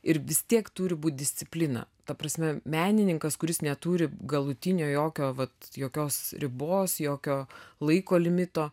ir vis tiek turi būti disciplina ta prasme menininkas kuris neturi galutinio jokio vat jokios ribos jokio laiko limito